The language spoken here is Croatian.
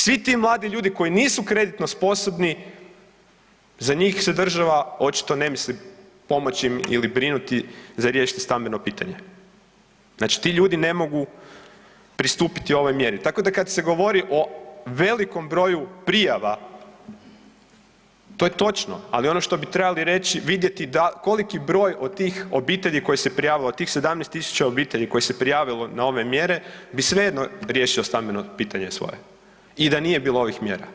Svi ti mladi ljudi koji nisu kreditno sposobni za njih se država očito ne misli pomoći ili brinuti za riješiti stambeno pitanje, znači ti ljudi ne mogu pristupiti ovoj mjeri, tako da se kada se govori o velikom broju prijava to je točno, ali ono što bi trebali vidjeti koliki broj od tih obitelji kojih se prijavilo od tih 17.000 obitelji koji su se prijavili na ove mjere bi svejedno riješilo stambeno pitanje svoje i da nije bilo ovih mjera.